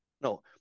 No